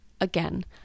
Again